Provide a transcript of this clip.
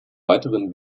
weiteren